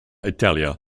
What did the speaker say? italia